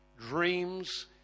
Dreams